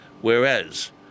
Whereas